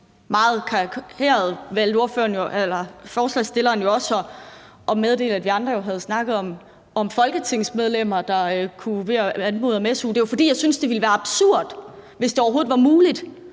meget karikeret valgte at meddele, at vi andre havde snakket om folketingsmedlemmer, der kunne anmode om su. Det var, fordi jeg synes, at det ville være absurd, hvis det overhovedet var muligt